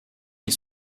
ils